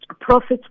profits